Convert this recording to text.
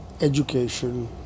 education